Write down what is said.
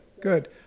Good